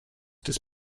des